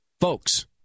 Folks